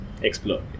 explore